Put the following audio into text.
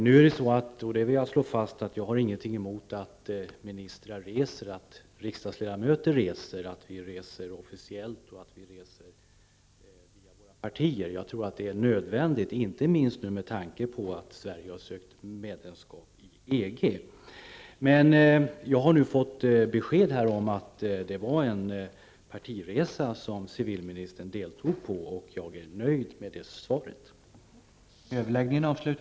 Jag har ingenting emot -- det vill jag slå fast -- att ministrar reser, att riksdagsledamöter reser, att vi reser officiellt eller att vi reser via våra partier. Jag tror att det är nödvändigt, inte minst med tanke på att Sverige nu har sökt medlemskap i EG. Jag har nu fått beskedet att det var en partiresa som civilministern deltog i, och jag är nöjd med det svaret.